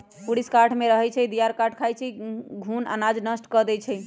ऊरीस काठमे रहै छइ, दियार काठ खाई छइ, घुन अनाज नष्ट कऽ देइ छइ